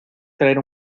traer